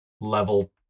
level